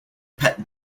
pet